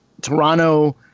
Toronto